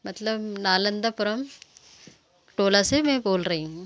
मतलब नालन्दापुरम् टोला से में बोल रही हूँ